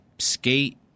skate